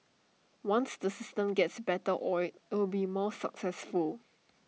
once the system gets better oiled IT will be more successful